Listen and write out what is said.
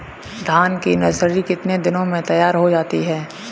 धान की नर्सरी कितने दिनों में तैयार होती है?